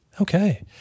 Okay